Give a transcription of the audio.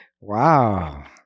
Wow